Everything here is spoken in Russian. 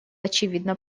очевидно